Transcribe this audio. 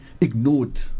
ignored